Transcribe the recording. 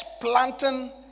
planting